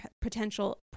potential